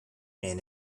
and